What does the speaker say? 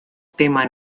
tema